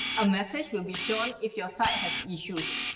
a message will be shown if your site has issues.